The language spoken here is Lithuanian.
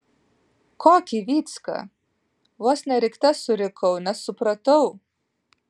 kokį vycka vos ne rikte surikau nes supratau